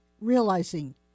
realizing